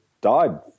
died